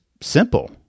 simple